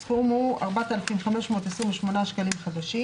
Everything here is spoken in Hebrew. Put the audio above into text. סך 4,528 שקלים חדשים